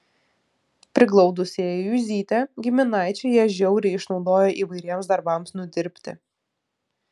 priglaudusieji juzytę giminaičiai ją žiauriai išnaudojo įvairiems darbams nudirbti